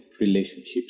relationships